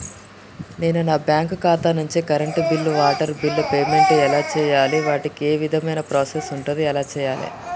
నేను నా బ్యాంకు ఖాతా నుంచి కరెంట్ బిల్లో వాటర్ బిల్లో పేమెంట్ ఎలా చేయాలి? వాటికి ఏ విధమైన ప్రాసెస్ ఉంటది? ఎలా చేయాలే?